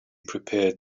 prepared